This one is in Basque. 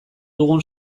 dugun